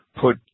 put